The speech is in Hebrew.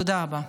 תודה רבה.